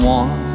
one